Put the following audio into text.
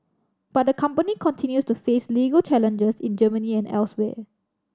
but the company continues to face legal challenges in Germany and elsewhere